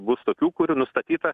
bus tokių kurių nustatyta